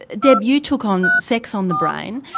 deb, you took on sex on the brain,